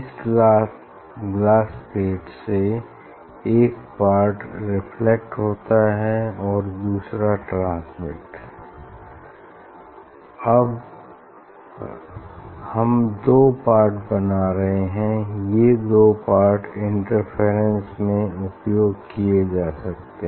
इस glass plate से एक पार्ट रिफ्लेक्ट होता है और दूसरा ट्रांसमिट होता है हम दो पार्ट बना रहे हैं ये दो पार्ट इंटरफेरेंस में उपयोग किये जा सकते हैं